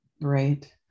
Right